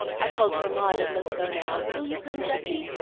i called for maud and must go now. will you come, jessie?